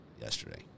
yesterday